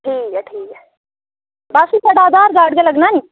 ठीक ऐ ठीक ऐ बस छड़ा आधार कार्ड गै लग्गना नी